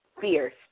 fierce